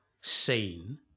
seen